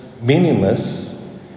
meaningless